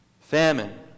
Famine